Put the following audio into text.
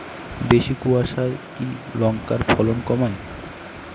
বেশি কোয়াশায় কি লঙ্কার ফলন কমায়?